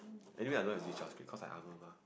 anyway I don't have to cause I armor mah